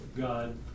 God